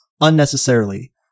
unnecessarily